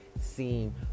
seem